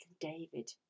David